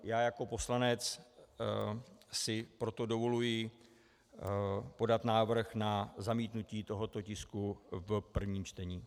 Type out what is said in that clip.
Já jako poslanec si proto dovoluji podat návrh na zamítnutí tohoto tisku v prvním čtení.